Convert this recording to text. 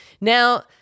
Now